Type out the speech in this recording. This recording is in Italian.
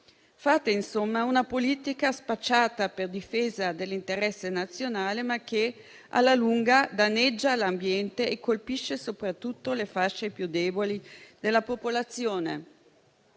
Fate, insomma, una politica spacciata per difesa dell'interesse nazionale, ma che alla lunga danneggia l'ambiente e colpisce soprattutto le fasce più deboli della popolazione.